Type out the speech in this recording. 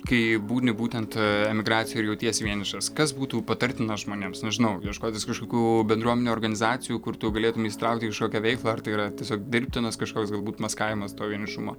kai būni būtent emigracijoj ir jautiesi vienišas kas būtų patartina žmonėms nežinau ieškotis kažkokių bendruomenių organizacijų kur tu galėtum įsitraukt į kažkokią veiklą ar tai yra tiesiog dirbtinas kažkoks galbūt maskavimas to vienišumo